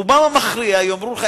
רובם המכריע יאמרו לך,